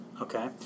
okay